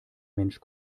mensch